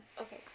okay